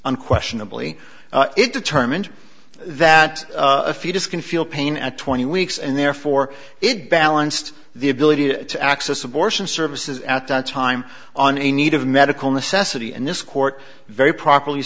unquestionably it determined that a fetus can feel pain at twenty weeks and therefore it balanced the ability to access abortion services at the time on a need of medical necessity and this court very properly